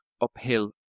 uphill